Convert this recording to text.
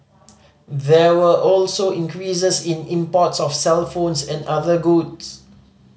there were also increases in imports of cellphones and other goods